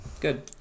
good